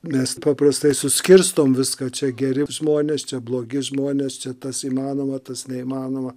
mes paprastai suskirstom viską čia geri žmonės čia blogi žmonės čia tas įmanoma tas neįmanoma